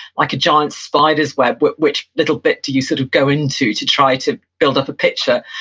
like a giant spiders web, which which little bit do you sort of go into to try to build up a picture.